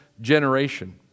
generation